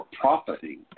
profiting